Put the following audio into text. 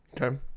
Okay